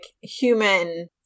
human